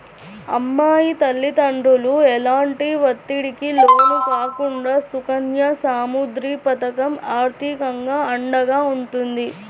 అమ్మాయి తల్లిదండ్రులు ఎలాంటి ఒత్తిడికి లోను కాకుండా సుకన్య సమృద్ధి పథకం ఆర్థికంగా అండగా ఉంటుంది